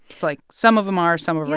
it's like some of them are, some of them are